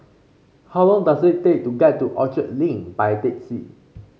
how long does it take to get to Orchard Link by taxi